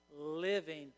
living